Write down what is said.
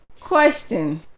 Question